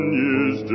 years